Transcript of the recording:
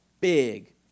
big